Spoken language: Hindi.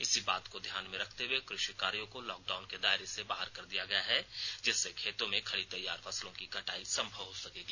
इसी बात को ध्यान में रखते हुए कृषि कार्यो को लॉकडाउन के दायरे से बाहर कर दिया गया है जिससे खेतों में खड़ी तैयार फसलों की कटाई संभव हो सकेगी